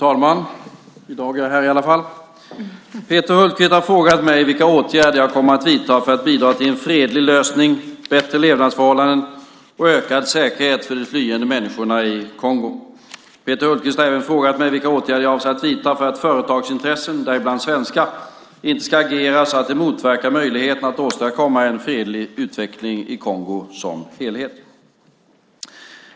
Fru talman! Peter Hultqvist har frågat mig vilka åtgärder jag kommer att vidta för att bidra till en fredlig lösning, bättre levnadsförhållanden och ökad säkerhet för de flyende människorna i Kongo. Peter Hultqvist har även frågat mig vilka åtgärder jag avser att vidta för att företagsintressen, däribland svenska, inte ska agera så att de motverkar möjligheterna att åstadkomma en fredlig utveckling i Kongo som helhet.